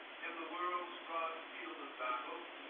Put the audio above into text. in the world's broad field of battle,